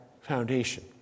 foundation